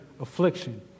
affliction